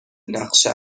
نقشه